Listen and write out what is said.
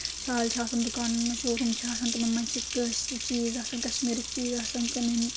شال چھِ آسان دُکانَن منٛز شو روٗم چھِ آسان تِمَن منٛز چھِ کٲشرِ چیٖز آسان کشمیٖرٕکۍ چیٖز آسان کٕنٕنۍ